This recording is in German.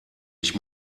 ich